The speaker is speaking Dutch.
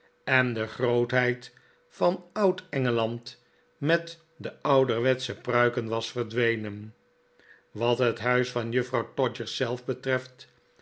en de grootheid van oud engeland met de ouderwetsche pruiken was verdwenen wat het huis van juffrouw todgers zelf betreft